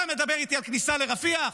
אתה מדבר איתי על כניסה לרפיח?